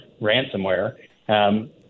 ransomware